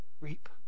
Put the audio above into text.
reap